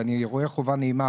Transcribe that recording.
ואני רואה חובה נעימה